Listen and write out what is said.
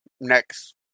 next